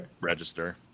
register